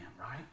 right